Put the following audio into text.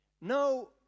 no